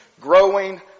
growing